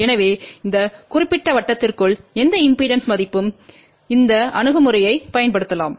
எனவே இந்த குறிப்பிட்ட வட்டத்திற்குள் எந்த இம்பெடன்ஸ் மதிப்பும் இந்த அணுகுமுறையைப் பயன்படுத்தலாம்